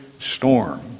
storm